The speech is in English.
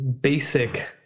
basic